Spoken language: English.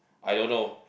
I don't know